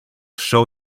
show